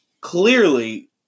clearly